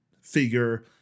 figure